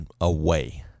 away